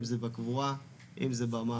אם זה בקבורה, אם זה במערך.